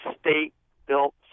state-built